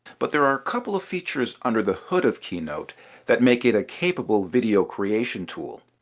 but there are a couple of features under the hood of keynote that make it a capable video creation tool.